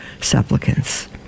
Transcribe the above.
supplicants